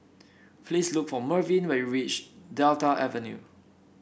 please look for Mervyn when you reach Delta Avenue